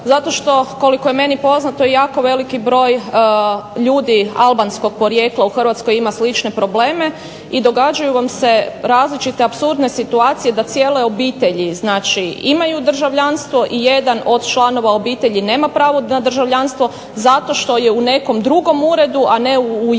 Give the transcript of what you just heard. zato što koliko je meni poznato jako veliki broj ljudi albanskog porijekla u Hrvatskoj ima slične probleme i događaju vam se apsurdne situacije da cijele obitelji imaju državljanstvo i jedan od članova obitelji nema pravo na državljanstvo zato što je u nekom drugom uredu a ne u jednom